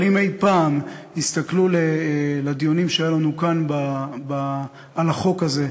אבל אם אי-פעם יסתכלו על הדיונים שהיו לנו כאן על החוק הזה,